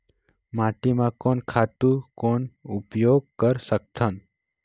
माटी म कोन खातु कौन उपयोग कर सकथन?